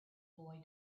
boy